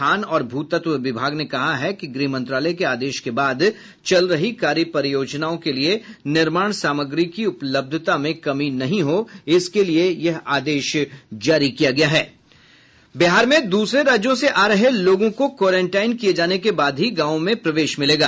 खान और भूतत्व विभाग ने कहा है कि गृह मंत्रालय के आदेश के बाद चल रही कार्य परियोजनाओं के लिए निर्माण सामग्री की उपलब्धता में कमी नहीं हो इसके लिए यह आदेश जारी किया गया है बिहार में दूसरे राज्यों से आ रहे लोगों को क्वारेंटाइन किये जाने के बाद ही गांवों में प्रवेश मिलेगा